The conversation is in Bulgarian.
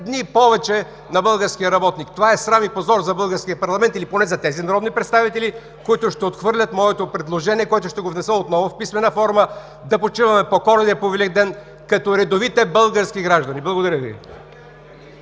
дни повече на българския работник. Това е срам и позор за българския парламент или поне за тези народни представители, които ще отхвърлят моето предложение, което ще внеса отново в писмена форма – да почиваме по Коледа и по Великден като редовите български граждани. Благодаря Ви.